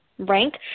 rank